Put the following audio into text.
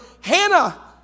Hannah